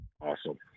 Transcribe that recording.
Awesome